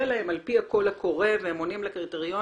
להם על פי הקול הקורא והם עונים לקריטריונים